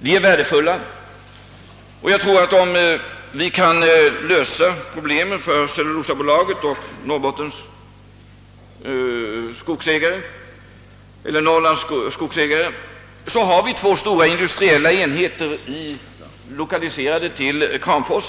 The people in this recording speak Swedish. De är värdefulla, och jag tror att om vi kan lösa problemen för Cellulosabolaget och Norrlands skogsägare, så har vi två stora industriella enheter, lokaliserade till Kramfors.